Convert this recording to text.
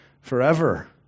forever